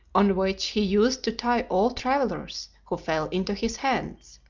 on which he used to tie all travellers who fell into his hands.